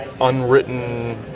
unwritten